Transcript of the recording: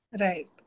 Right